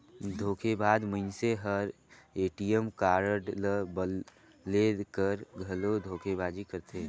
धोखेबाज मइनसे हर ए.टी.एम कारड ल बलेद कर घलो धोखेबाजी करथे